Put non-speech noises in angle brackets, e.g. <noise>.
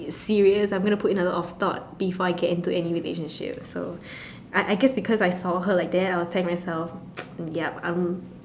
serious I'm gonna put in a lot of thought before I get into any relationship so I I guess because I saw her like that I was telling myself <noise> yup I'm